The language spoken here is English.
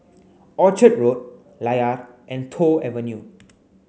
Orchard Road Layar and Toh Avenue